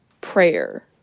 prayer